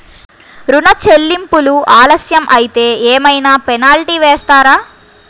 ఋణ చెల్లింపులు ఆలస్యం అయితే ఏమైన పెనాల్టీ వేస్తారా?